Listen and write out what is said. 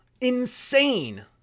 Insane